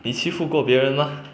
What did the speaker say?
你欺负过别人 mah